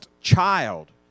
child